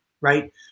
right